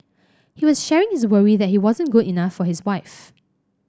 he was sharing his worry that he wasn't good enough for his wife